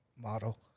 model